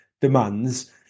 demands